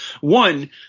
One